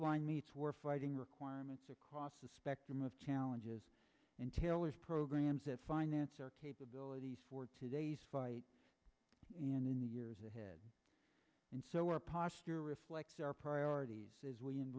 line needs we're fighting requirements across the spectrum of challenges and tailors programs that finance our capabilities for today and in the years ahead and so our posture reflects our priorities as we